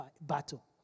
battle